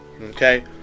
Okay